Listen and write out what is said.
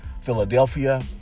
Philadelphia